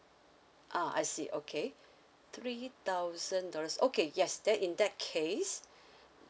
ah I see okay three thousand dollars okay yes then in that case